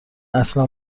اصلا